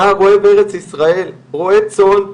נער אוהב ארץ ישראל, רועה צאן,